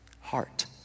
heart